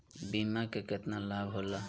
बीमा के केतना लाभ होला?